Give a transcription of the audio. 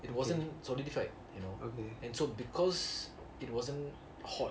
it wasn't solidified you know and so because it wasn't hot